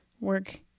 work